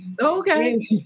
Okay